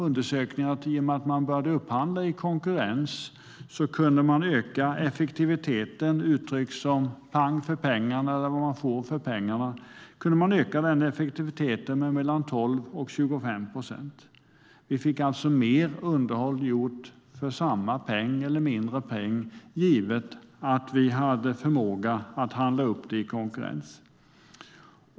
Undersökningar visar att i och med att man började upphandla i konkurrens kunde man öka effektiviteten - uttryckt som pang för pengarna, alltså vad man får för pengarna - med mellan 12 och 25 procent. Vi fick alltså mer underhåll gjort för samma pengar eller mindre pengar givet att vi hade förmåga att handla upp det i konkurrens.